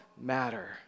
matter